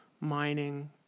mining